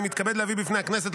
אני מתכבד להביא לפני הכנסת,